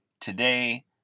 today